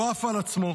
הוא עף על עצמו.